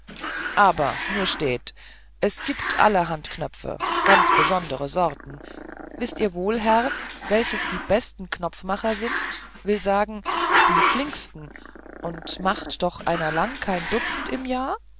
aber nur stät es gibt allerhand knöpf ganz besondere sorten wißt ihr wohl herr welches die besten knopfmacher sind will sagen die flinksten und macht doch einer lang kein dutzend im jahr